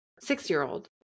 six-year-old